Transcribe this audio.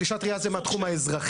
פלישה טרייה זה מהתחום האזרחי.